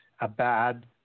abad